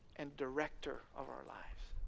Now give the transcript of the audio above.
and director of our lives.